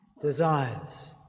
desires